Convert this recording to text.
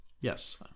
Yes